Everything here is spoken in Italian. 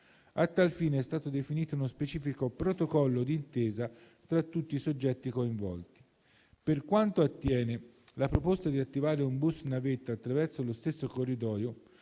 A tal fine è stato definito uno specifico protocollo d'intesa tra tutti i soggetti coinvolti. Per quanto attiene alla proposta di attivare un bus navetta attraverso lo stesso corridoio,